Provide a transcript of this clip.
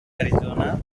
arizona